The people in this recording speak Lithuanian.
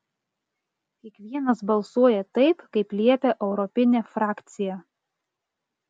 kiekvienas balsuoja taip kaip liepia europinė frakcija